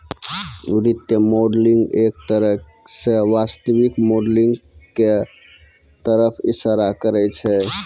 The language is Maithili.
वित्तीय मॉडलिंग एक तरह स वास्तविक मॉडलिंग क तरफ इशारा करै छै